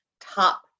top